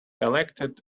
elected